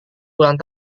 ulang